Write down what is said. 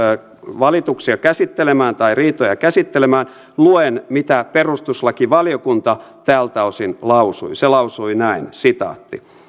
valituksia käsittelemään tai riitoja käsittelemään luen mitä perustuslakivaliokunta tältä osin lausui se lausui näin